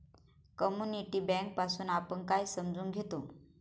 Community bank पासुन आपण काय समजून घेतो?